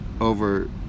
over